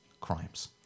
crimes